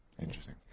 Interesting